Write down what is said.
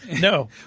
no